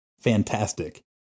fantastic